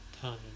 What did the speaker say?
time